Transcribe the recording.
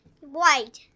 White